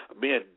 men